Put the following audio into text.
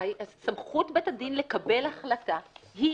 סמכות בית הדין לקבל החלטה היא